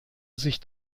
sich